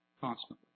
constantly